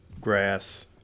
grass